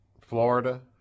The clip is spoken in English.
Florida